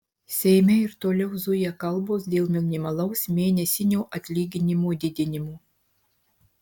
seime ir toliau zuja kalbos dėl minimalaus mėnesinio atlyginimo didinimo